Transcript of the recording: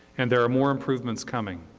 and there are more improvements coming.